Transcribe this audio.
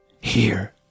Here